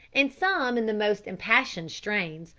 and some in the most impassioned strains,